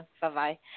bye-bye